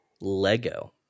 Lego